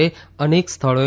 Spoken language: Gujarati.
એ અનેક સ્થળોએ